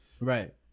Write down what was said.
Right